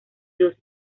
dos